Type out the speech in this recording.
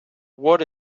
what